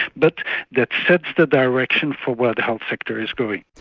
but that sets the direction for where the health sector is going.